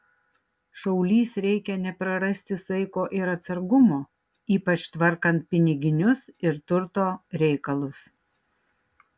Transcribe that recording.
šaulys reikia neprarasti saiko ir atsargumo ypač tvarkant piniginius ir turto reikalus